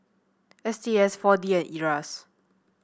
S T S four D and Iras